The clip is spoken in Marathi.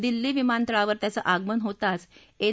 दिल्ली विमानतळावर त्याचं आगमन होताच एन